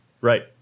Right